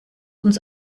uns